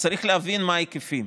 צריך להבין מה ההיקפים.